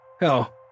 Hell